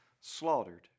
slaughtered